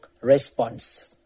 response